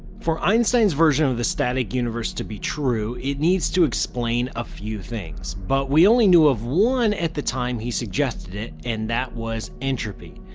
for einstein's version of the static universe to be true it need to explain a few things, but we only knew of one at the time he suggested it, and that was entropy.